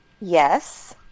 Yes